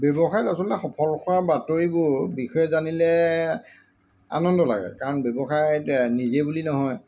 ব্যৱসায়ত আচলতে সফলাৰ বাতৰিবোৰ বিষয়ে জানিলে আনন্দ লাগে কাৰণ ব্যৱসায় নিজে বুলি নহয়